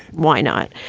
why not?